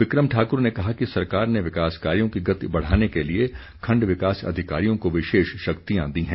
बिक्रम ठाकुर ने कहा कि सरकार ने विकास कार्यों की गति बढ़ाने के लिए खण्ड विकास अधिकारियों को विशेष शक्तियां दी हैं